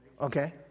Okay